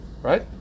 Right